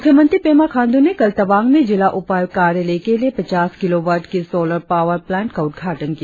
मुख्यमंत्री पेमा खांड्र ने कल तवांग में जिला उपायुक्त कार्यालय के लिए पचास किलों वाट की सोलर पावर प्लांट का उद्घाटन किया